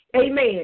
Amen